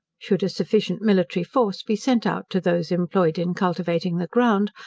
should a sufficient military force be sent out to those employed in cultivating the ground,